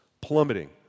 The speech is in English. plummeting